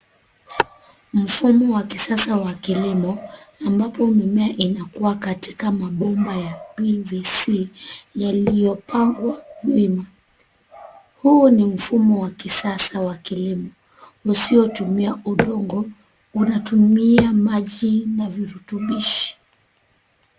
Mfumo wa kisasa wa kilimo ambapo mimea inakua katika mabomba ya PVC yaliyo pangwa wima. Huo ni mfumo wa kisasa wa kilimo, usiotumia udongo. Unatumia maji na virutubishi.